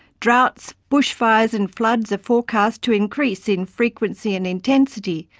droughts, bushfires and floods are forecast to increase in frequency and intensity,